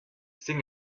sin